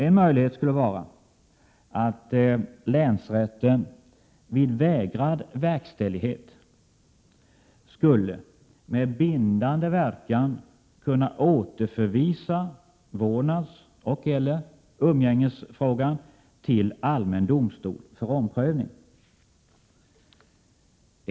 En möjlighet skulle kunna vara att länsrätten vid vägrad verkställighet med bindande verkan skulle kunna återförvisa vårdnadsoch/eller umgängesfrågan till allmän domstol för omprövning.